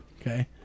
Okay